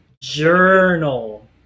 Journal